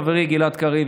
חברי גלעד קריב,